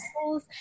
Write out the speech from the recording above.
schools